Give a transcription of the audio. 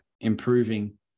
improving